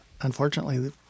unfortunately